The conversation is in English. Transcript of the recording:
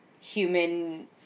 human